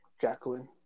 Jacqueline